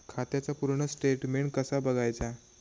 खात्याचा पूर्ण स्टेटमेट कसा बगायचा?